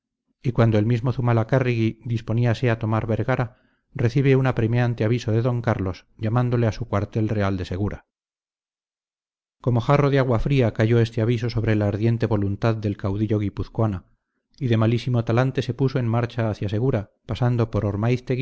y cuando el mismo zumalacárregui disponíase a tomar a vergara recibe un apremiante aviso de d carlos llamándole a su cuartel real de segura como jarro de agua fría cayó este aviso sobre la ardiente voluntad del caudillo guipuzcoano y de malísimo talante se puso en marcha hacia segura pasando por